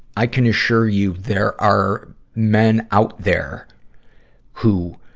i can assure you there are men out there who